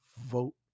vote